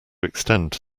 extend